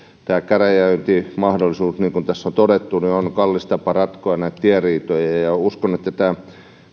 tämä käräjöintimahdollisuus niin kuin tässä on todettu on kallis tapa ratkoa näitä tieriitoja ja ja uskon että